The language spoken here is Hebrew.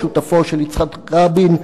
שותפם של יצחק רבין,